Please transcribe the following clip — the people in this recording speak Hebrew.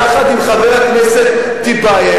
יחד עם חבר הכנסת טיבייב,